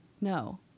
No